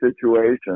situation